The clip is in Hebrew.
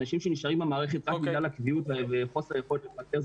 האנשים שנשארים במערכת רק בגלל הקביעות וחוסר היכולת לפטר,